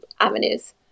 avenues